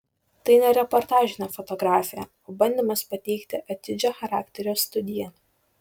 tai ne reportažinė fotografija o bandymas pateikti atidžią charakterio studiją